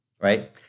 Right